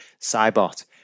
Cybot